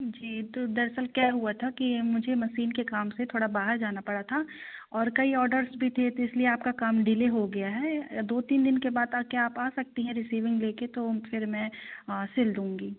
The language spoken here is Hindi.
जी तो दरअसल क्या हुआ था कि मुझे मसीन के काम से थोड़ा बाहर जाना पड़ा था और कई ऑर्डर्स भी थे तो इसलिए आपका काम डिले हो गया है दो तीन दिन के बात आ कर आप आ सकती हैं रिसीविंग ले कर तो फिर मैं सिल दूँगी